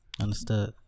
Understood